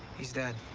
he's dead.